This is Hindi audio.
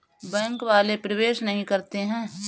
बैंक वाले प्रवेश नहीं करते हैं?